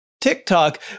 TikTok